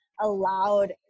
allowed